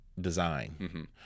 design